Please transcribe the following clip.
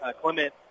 Clement